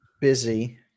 busy